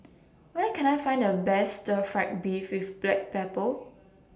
Where Can I Find The Best Stir Fry Beef with Black Pepper